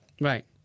Right